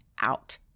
out